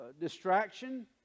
distraction